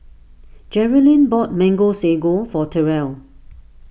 Jerrilyn bought Mango Sago for Terell